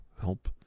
Help